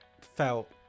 felt